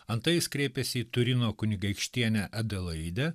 antai jis kreipėsi į turino kunigaikštienę adelaidę